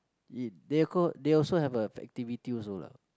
it they could they also have the activity also lah